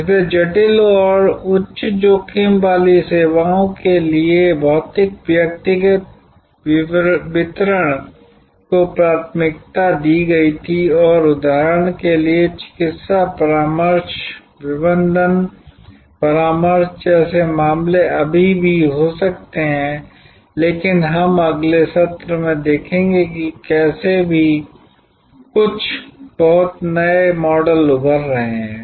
इसलिए जटिल और उच्च जोखिम वाली सेवाओं के लिए भौतिक व्यक्तिगत वितरण को प्राथमिकता दी गई थी और उदाहरण के लिए चिकित्सा परामर्श प्रबंधन परामर्श जैसे मामले अभी भी हो सकते हैं लेकिन हम अगले सत्र में देखेंगे कि कैसे भी कुछ बहुत नए मॉडल उभर रहे हैं